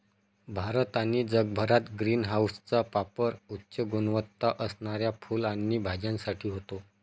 भारत आणि जगभरात ग्रीन हाऊसचा पापर उच्च गुणवत्ता असणाऱ्या फुलं आणि भाज्यांसाठी होतो